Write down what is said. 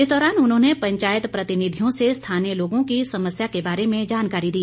इस दौरान उन्होंने पंचायता प्रतिनिधियों से स्थानीय लोगों की समस्या के बारे में जानकारी दी